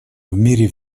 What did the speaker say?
мире